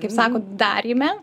kaip sako daryme